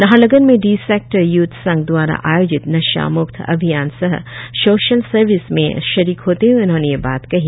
नाहरलग्न में D sector youth संघ द्वारा आयोजित नशा म्क्त अभियान सह सोशल सर्विस में शरीक होते हए उन्होंने यह बात कही